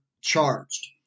charged